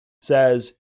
says